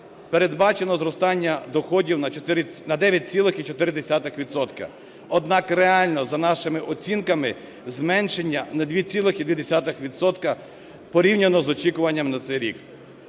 Передбачено зростання доходів на 9,4 відсотка. Однак реально, за нашими оцінками, зменшення на 2,2 відсотка порівняно з очікуванням на цей рік.